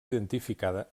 identificada